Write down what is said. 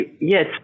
Yes